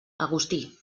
agustí